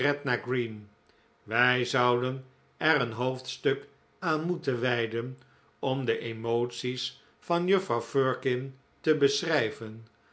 wij zouden er een hoofdstuk aan moeten wijden om de emoties van juffrouw firkin te beschrijven